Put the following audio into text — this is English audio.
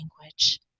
language